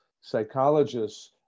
psychologists